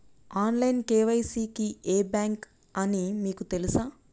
Online KYC కి ఏ bank అని మీకు తెలుసా?